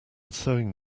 sewing